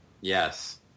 Yes